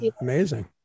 Amazing